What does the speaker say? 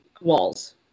walls